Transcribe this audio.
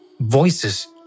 Voices